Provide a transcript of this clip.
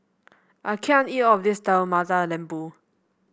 I can't eat all of this Telur Mata Lembu